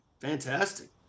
fantastic